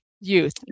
youth